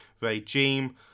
regime